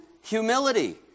humility